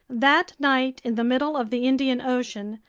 that night in the middle of the indian ocean,